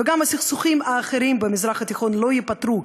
וגם הסכסוכים האחרים במזרח התיכון לא ייפתרו,